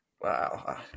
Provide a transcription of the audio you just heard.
Wow